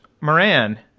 Moran